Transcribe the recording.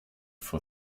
for